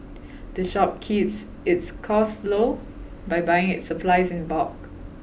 the shop keeps its costs low by buying its supplies in bulk